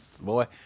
boy